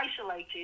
isolated